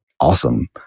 awesome